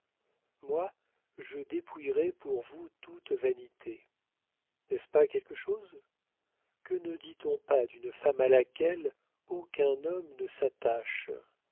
moi je dépouillerai pour vous toute vanité n'est-ce pas quelque chose que ne dit-on pas d'une femme à laquelle aucun homme ne s'attache